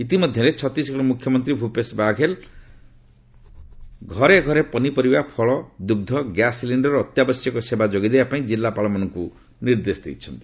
ଇତିମଧ୍ୟରେ ଛତିଶଗଡ ମୁଖ୍ୟମନ୍ତ୍ରୀ ଭୂପେଷ ବାଘେଲୁ ଘରେ ଘରେ ପନିପରିବା ଫଳଦୁଗ୍ଧ ଗ୍ୟାସ ସିଲିଶ୍ଡର ଓ ଅତ୍ୟାବଶ୍ୟକ ସେବା ଯୋଗାଇ ଦେବା ପାଇଁ ଜିଲ୍ଲାପାଳମାନଙ୍କ ନିର୍ଦ୍ଦେଶ ଦେଇଛନ୍ତି